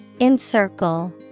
Encircle